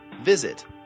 Visit